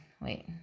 wait